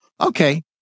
okay